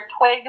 twig